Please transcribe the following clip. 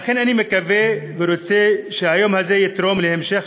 ואכן אני מקווה ורוצה שהיום הזה יתרום להמשך